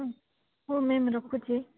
ହଁ ହଉ ମ୍ୟାମ୍ ରଖୁଛି